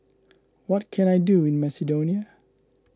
what can I do in Macedonia